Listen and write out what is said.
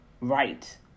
right